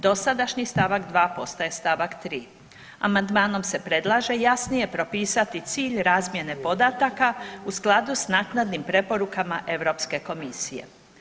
Dosadašnji st. 2. postaje st. 3. Amandmanom se predlaže jasnije propisati cilj razmjene podataka u skladu s naknadnim preporukama Europske komisije.